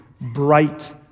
bright